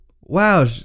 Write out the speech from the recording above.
Wow